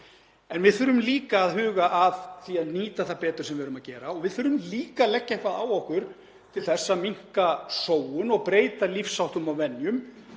En við þurfum líka að huga að því að nýta betur það sem við erum að gera og þurfum líka að leggja eitthvað á okkur til að minnka sóun og breyta lífsháttum og venjum